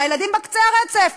מהילדים על קצה הרצף.